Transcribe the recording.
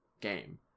game